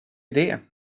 det